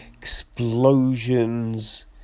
explosions